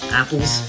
apples